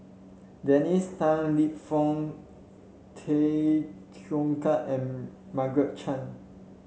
Dennis Tan Lip Fong Tay Teow Kiat and Margaret Chan